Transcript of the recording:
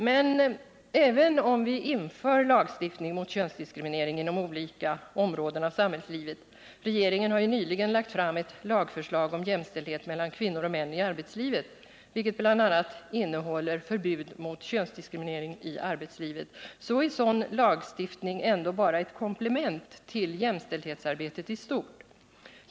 Men även om vi inför lagstiftning mot könsdiskriminering inom olika områden av samhällslivet — regeringen har ju nyligen lagt fram ett lagförslag om jämställdhet mellan kvinnor och män i arbetslivet, vilket bl.a. innehåller förbud mot könsdiskriminering i arbetslivet — så är sådan lagstiftning ändå bara ett komplement till jämställdhetsarbetet i stort.